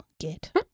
get